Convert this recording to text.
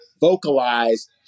vocalize